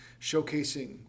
showcasing